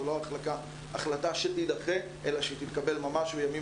זאת לא החלטה שתדחה אלא שתתקבל ממש בימים